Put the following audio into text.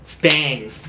Bang